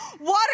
water